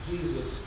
Jesus